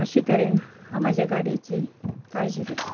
अशे तरेन हांव म्हजे गाडयेची काळजी घेतां